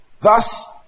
Thus